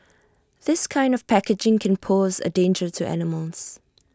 this kind of packaging can pose A danger to animals